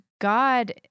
God